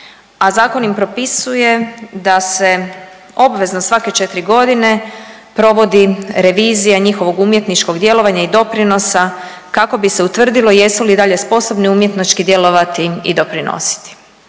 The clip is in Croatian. a zakon im propisuje da se obvezno svake četiri godine provodi revizija njihovog umjetničkog djelovanja i doprinosa kako bi se utvrdilo jesu li dalje sposobni umjetnički djelovati i doprinositi.